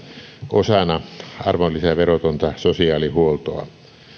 osana arvonlisäverotonta sosiaalihuoltoa